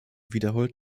wiederholt